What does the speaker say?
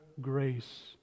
grace